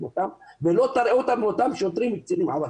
אותם ולא תראה את אותם שוטרים וקצינים.